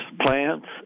plants